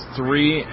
three